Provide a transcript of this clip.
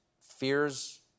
fears